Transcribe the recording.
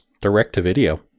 Direct-to-video